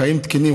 חיים תקינים,